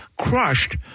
crushed